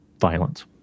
violence